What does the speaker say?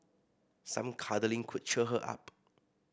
some cuddling could cheer her up